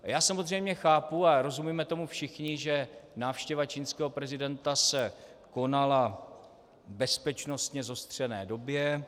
A já samozřejmě chápu, a rozumíme tomu všichni, že návštěva čínského prezidenta se konala v bezpečnostně zostřené době.